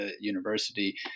university